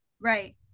Right